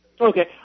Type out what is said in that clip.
Okay